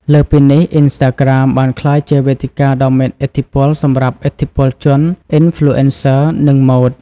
លើសពីនេះ អ៊ីនស្តាក្រាម បានក្លាយជា វេទិកាដ៏មានឥទ្ធិពលសម្រាប់ឥទ្ធិពលជន អ៊ីនហ្លូអេនសឺ និងម៉ូដ។